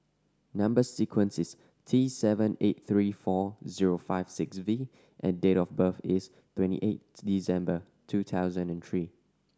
number sequence is T sevent eight three four zero five six V and date of birth is twenty eight December two thousand and three